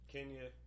Kenya